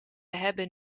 hebben